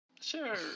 sure